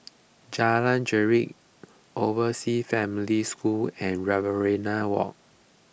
Jalan Grisek Overseas Family School and Riverina Walk